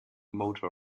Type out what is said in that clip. motor